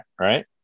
right